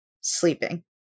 sleeping